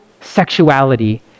sexuality